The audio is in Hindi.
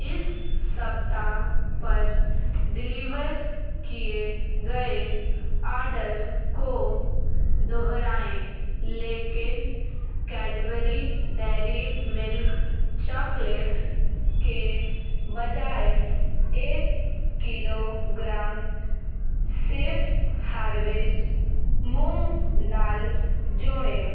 इस सप्ताह पर डिलीवर किए गए ऑर्डर को दोहराएं लेकिन कैडबरी डेयरी मिल्क चॉकलेट के बजाय एक किलोग्राम सेफ़ हार्वेस्ट मूंग दाल जोड़ें